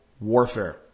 warfare